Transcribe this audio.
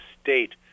state